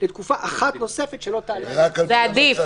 לתקופה אחת נוספת שלא תעלה על X ימים".